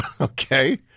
Okay